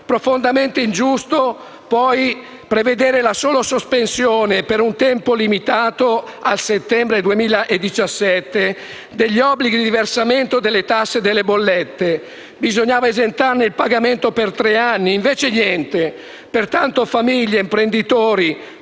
Profondamente ingiusto è poi prevedere la sola sospensione, e per un tempo limitato al settembre 2017, degli obblighi di versamento delle tasse e delle bollette. Bisognava esentarne il pagamento per tre anni e invece niente. Pertanto, famiglie e imprenditori